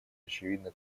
очевидна